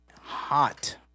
hot